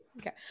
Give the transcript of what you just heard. Okay